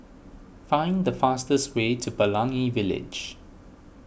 find the fastest way to Pelangi Village